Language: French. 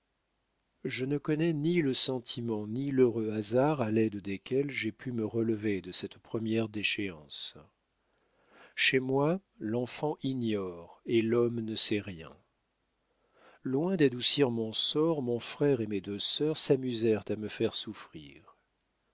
je ne connais ni le sentiment ni l'heureux hasard à l'aide desquels j'ai pu me relever de cette première déchéance chez moi l'enfant ignore et l'homme ne sait rien loin d'adoucir mon sort mon frère et mes deux sœurs s'amusèrent à me faire souffrir